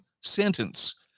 sentence